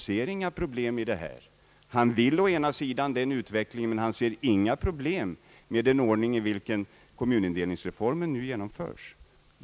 Herr Axel Kristiansson vill å ena sidan ha denna utveckling, men ser å andra sidan inga problem i fråga om den ordning i vilken kommunreformen nu genomförs.